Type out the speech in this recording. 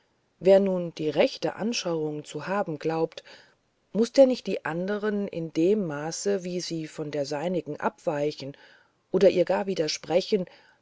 wer nun die rechte anschauung zu haben glaubt muß der nicht die anderen in dem maße wie sie von der seinigen abweichen oder ihr gar widersprechen